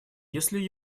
если